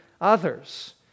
others